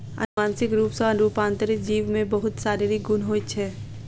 अनुवांशिक रूप सॅ रूपांतरित जीव में बहुत शारीरिक गुण होइत छै